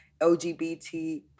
LGBT